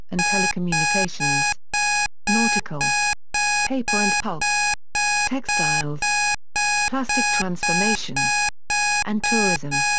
and telecommunications nautical paper and pulp textiles plastic transformation and tourism.